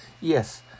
Yes